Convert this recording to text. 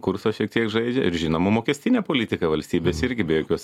kurso šiek tiek žaidžia ir žinoma mokestinė politika valstybės irgi be jokios